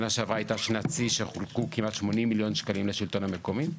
שנה שעברה הייתה שנת שיא שחולקו כמעט 80 מיליון שקלים לשלטון המקומי.